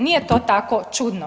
Nije tu tako čudno.